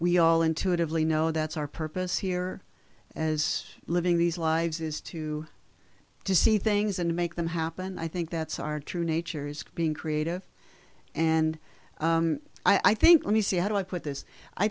we all intuitively know that's our purpose here as living these lives is to to see things and make them happen i think that's our true natures being creative and i think when you see how do i put this i